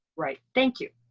right, thank you.